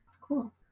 Cool